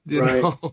Right